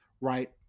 right